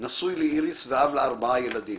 נשוי לאיריס ואב לארבעה ילדים.